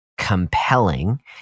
compelling